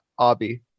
Abby